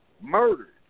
murdered